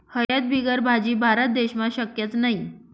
हयद बिगर भाजी? भारत देशमा शक्यच नही